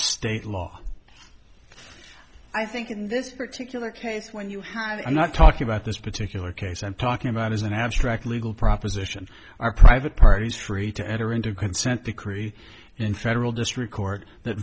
state law i think in this particular case when you have i'm not talking about this particular case i'm talking about is an abstract legal proposition are private parties free to enter into a consent decree in federal district court that